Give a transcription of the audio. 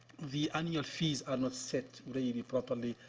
the annual fees are not set really properly.